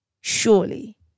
Surely